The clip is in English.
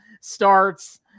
starts